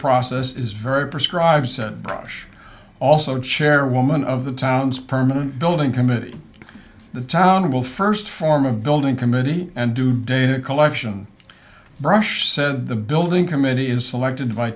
process is very prescribe said brush also chairwoman of the town's permanent building committee the town will first form of building committee and do data collection brush said the building committee is selected by